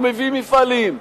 מביא מפעלים.